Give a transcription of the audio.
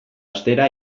ostera